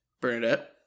Bernadette